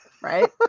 right